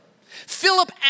Philip